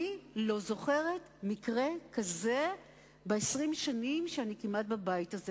אני לא זוכרת מקרה כזה ב-20 השנים שאני בבית הזה.